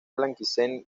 blanquecino